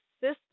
system